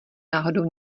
náhodou